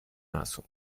naso